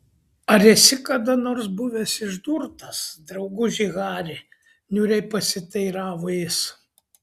ar esi kada nors buvęs išdurtas drauguži hari niūriai pasiteiravo jis